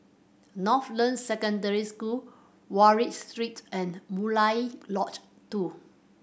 Northland Secondary School Wallich Street and Murai Lodge Two